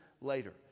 later